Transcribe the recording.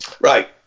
Right